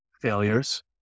failures